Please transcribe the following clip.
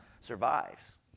survives